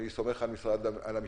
אני סומך על המשטרה,